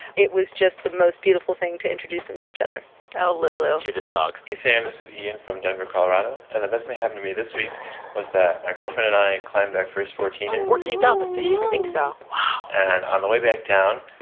it was just the most beautiful thing to introduce them to each other oh, lulu cutest dog hey, sam. this is ian from denver, colo, um and the best thing happen to me this week was that my girlfriend and i climbed our first fourteen er fourteen thousand feet? i think so wow and on the way back down,